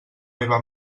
meva